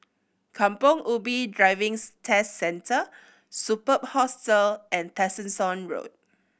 Kampong Ubi Driving's Test Centre Superb Hostel and Tessensohn Road